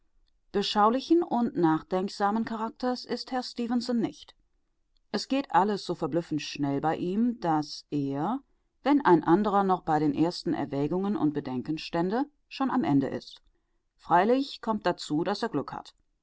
beschaulichen und nachdenksamen charakters ist herr stefenson nicht es geht alles so verblüffend schnell bei ihm daß er wenn ein anderer noch bei den ersten erwägungen und bedenken stände schon am ende ist freilich kommt dazu daß er glück hat